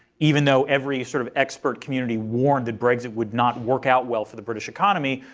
even though every sort of expert community warned the brexit would not work out well for the british economy,